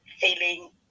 feeling